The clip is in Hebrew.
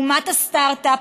אומת הסטרטאפ,